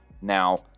Now